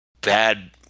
bad